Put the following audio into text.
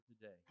today